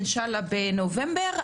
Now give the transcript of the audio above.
אינשאללה בנובמבר,